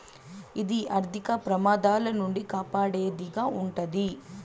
ఇది ఆర్థిక ప్రమాదాల నుండి కాపాడేది గా ఉంటది